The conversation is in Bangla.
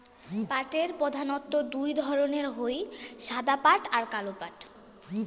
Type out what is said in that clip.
পাটের প্রধানত্ব দু ধরণের হই সাদা পাট আর কালো পাট